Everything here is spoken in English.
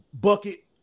bucket